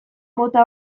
mota